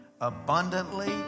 abundantly